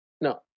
no